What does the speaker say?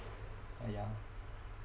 ah ya